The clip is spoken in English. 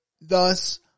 thus